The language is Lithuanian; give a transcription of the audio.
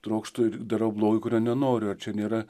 trokštu ir darau blogį kurio nenoriu ar čia nėra